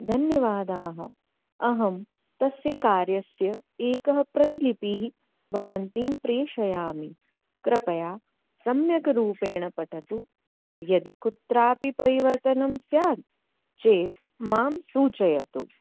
धन्यवादाः अहं तस्य कार्यस्य एकः प्रतिलिपिः भवन्तीं प्रेषयामि कृपया सम्यक्रूपेण पठतु यदि कुत्रापि परिवर्तनं स्यात् चेत् मां सूचयतु